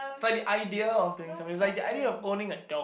but the idea of doing something is like the idea of owning a dog